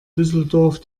düsseldorf